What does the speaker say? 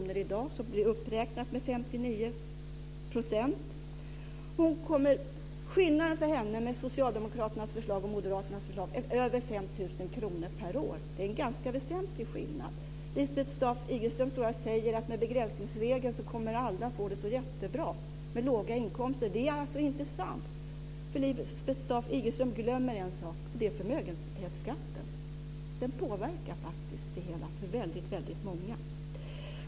Taxeringsvärdet blir nu uppräknat med 59 %. Skillnaden för henne mellan socialdemokraternas förslag och moderaternas förslag är över 5 000 kr per år. Det är en ganska väsentlig skillnad. Lisbeth Staaf-Igelström säger att med begränsningsregeln kommer alla med låga inkomster att få det jättebra. Det är inte sant. Lisbeth Staaf-Igelström glömmer en sak, och det är förmögenhetsskatten. Den påverkar faktiskt det hela för väldigt många.